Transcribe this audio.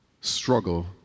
struggle